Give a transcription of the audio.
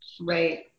Right